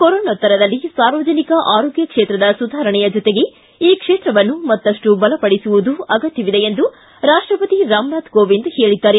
ಕೊರೋನೋತ್ತರದಲ್ಲಿ ಸಾರ್ವಜನಿಕ ಆರೋಗ್ಯ ಕ್ಷೇತ್ರದ ಸುಧಾರಣೆಯ ಜೊತೆಗೆ ಈ ಕ್ಷೇತ್ರವನ್ನು ಮತ್ತಷ್ಟು ಬಲಪಡಿಸುವುದು ಅಗತ್ಯವಿದೆ ಎಂದು ರಾಷ್ಟಪತಿ ರಾಮನಾಥ್ ಕೋವಿಂದ್ ಹೇಳಿದ್ದಾರೆ